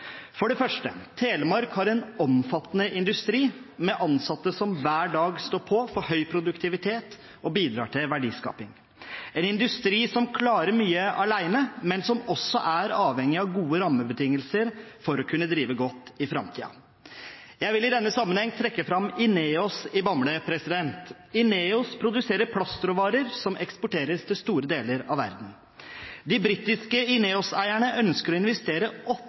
For det første: Telemark har en omfattende industri, med ansatte som hver dag står på for høy produktivitet og bidrar til verdiskaping – en industri som klarer mye alene, men som også er avhengig av gode rammebetingelser for å kunne drive godt i framtiden. Jeg vil i denne sammenheng trekke fram INEOS i Bamble. INEOS produserer plastråvarer som eksporteres til store deler av verden. De britiske INEOS-eierne ønsker å investere